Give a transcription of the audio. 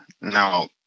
Now